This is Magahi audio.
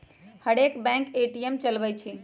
हरेक बैंक ए.टी.एम चलबइ छइ